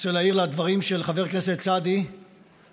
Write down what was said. רוצה להעיר לדברים של חבר הכנסת סעדי שאני